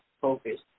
focus